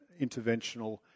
interventional